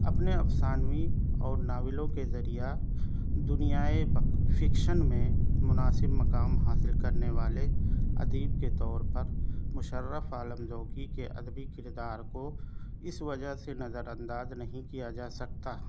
اپنے افسانوی اور ناولوں کے ذریعہ دنیائے فکشن میں مناسب مقام حاصل کرنے والے ادیب کے طور پر مشرف عالم ذوقی کے ادبی کردار کو اس وجہ سے نظر انداز نہیں کیا جا سکتا